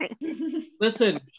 Listen